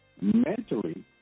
mentally